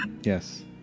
Yes